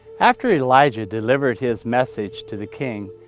after elijah delivered his message to the king,